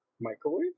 microwave